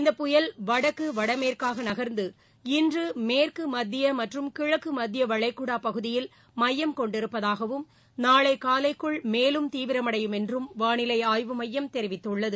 இந்தப் புயல் வடக்கு வடமேற்காக நகர்ந்து இன்று மேற்கு மத்திய மற்றும் கிழக்கு மத்திய வளைகுடா பகுதியில் மையம் கொண்டிருப்பதாகவும் நாளை காலைக்குள் மேலும் தீவிரமடையும் என்றும் வானிலை ஆய்வு மையம் தெரிவித்துள்ளது